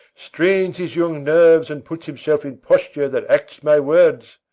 strains his young nerves, and puts himself in posture that acts my words.